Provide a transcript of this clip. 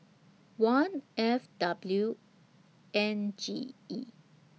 one F W N G E